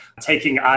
taking